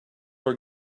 are